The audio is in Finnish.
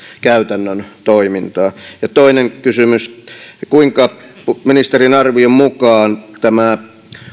käytännön toimintaan toinen kysymys onko ministerin arvion mukaan tämä